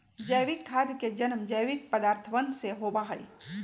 जैविक खाद के जन्म जैविक पदार्थवन से होबा हई